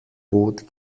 bot